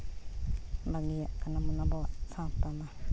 ᱵᱟᱹᱜᱤᱭᱟᱜ ᱠᱟᱱᱟ ᱵᱚᱱ ᱟᱵᱚᱣᱟᱜ ᱥᱟᱶᱛᱟ ᱢᱟ